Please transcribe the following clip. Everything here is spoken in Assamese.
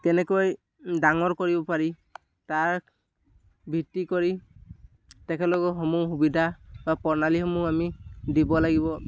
কেনেকৈ ডাঙৰ কৰিব পাৰি তাৰ ভিত্তি কৰি তেখেতলোকৰ সমূহ সুবিধা বা প্ৰণালীসমূহ আমি দিব লাগিব